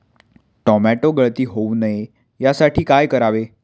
Tomato गळती होऊ नये यासाठी काय करावे?